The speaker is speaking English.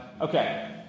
Okay